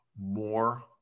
more